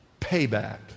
payback